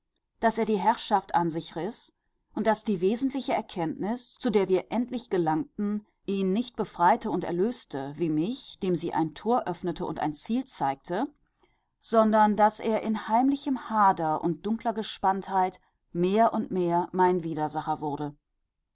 daß er die herrschaft an sich riß und daß die wesentliche erkenntnis zu der wir endlich gelangten ihn nicht befreite und erlöste wie mich dem sie ein tor öffnete und ein ziel zeigte sondern daß er in heimlichem hader und dunkler gespanntheit mehr und mehr mein widersacher wurde